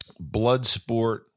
Bloodsport